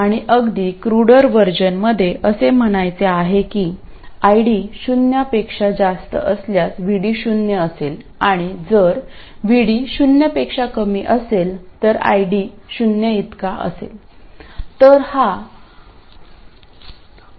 आणि अगदी क्रूडर व्हर्जनमध्ये असे म्हणायचे आहे की ID शून्यापेक्षा जास्त असल्यास VD शून्य असेल आणि जर VD शून्यापेक्षा कमी असेल तर ID शून्याइतका असेल